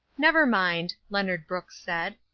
never mind, leonard brooks said,